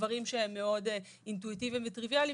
דברים שהם מאוד אינטואיטיביים וטריוויאליים,